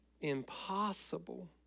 impossible